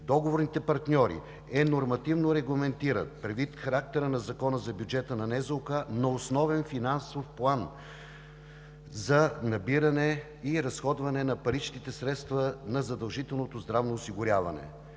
договорните партньори, е нормативно регламентиран предвид характера на Закона за бюджета на НЗОК на основен финансов план за набиране и разходване на паричните средства на задължителното здравно осигуряване.